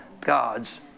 God's